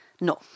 No